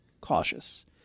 cautious